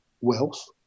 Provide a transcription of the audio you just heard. wealth